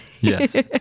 yes